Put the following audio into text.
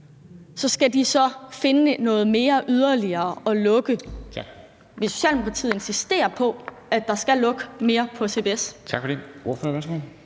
så skal de så finde noget mere, noget yderligere, at lukke. Vil Socialdemokratiet insistere på, at der skal lukke mere på CBS?